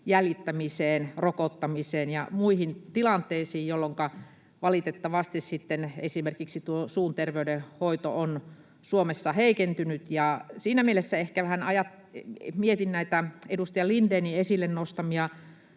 jäljittämiseen, rokottamiseen ja muihin tilanteisiin, jolloinka valitettavasti sitten esimerkiksi tuo suun terveydenhoito on Suomessa heikentynyt. Siinä mielessä ehkä vähän mietin näitä edustaja Lindénin esille nostamia